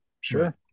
Sure